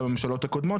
אלא הממשלות הקודמות,